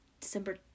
december